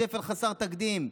שפל חסר תקדים.